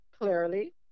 clearly